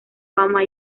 fama